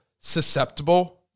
susceptible